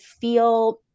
feel